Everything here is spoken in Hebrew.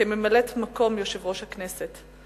כממלאת-מקום יושב-ראש הכנסת.